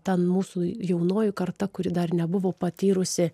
ta mūsų jaunoji karta kuri dar nebuvo patyrusi